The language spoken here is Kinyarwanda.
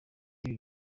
ibi